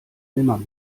nimmer